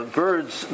birds